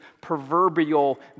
proverbial